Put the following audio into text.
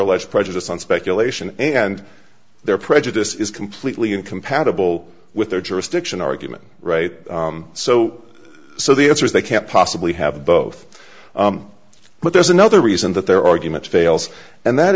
alleged prejudice on speculation and their prejudice is completely incompatible with their jurisdiction argument right so so the answer is they can't possibly have both but there's another reason that their argument fails and that